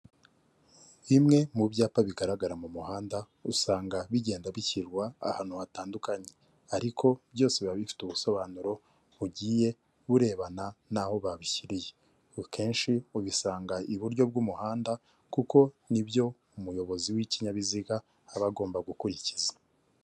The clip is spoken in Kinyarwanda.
Bimwe mu byapa bigaragara mu muhanda usanga bigenda bishyirwa ahantu hatandukanye, ariko byose biba bifite ubusobanuro burebana n’aho byashyizwe. Akenshi, usanga ibyapa biri iburyo bw’umuhanda, kuko ari byo umuyobozi w’ikinyabiziga aba agomba gukurikiza.